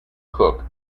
cook